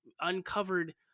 uncovered